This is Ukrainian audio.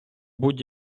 будь